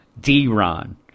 D-Ron